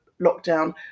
lockdown